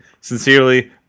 Sincerely